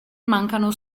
mancano